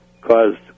caused